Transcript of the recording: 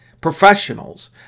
professionals